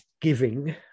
giving